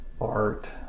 art